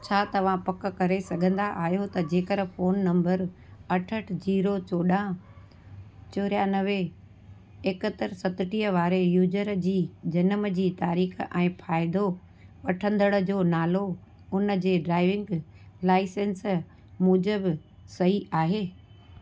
छा तव्हां पकु करे सघंदा आहियो त जेकर फोन नंबर अठहठि जिरो चोॾहं चोरियानवे एकहतरि सतटीह वारे यूजर जी जनम जी तारीख़ ऐं फ़ाइदो वठंदड़ जो नालो उन जे ड्राइविंग लाइसेंस मूजिबि सही आहे